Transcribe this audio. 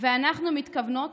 ואנחנו מתכוונות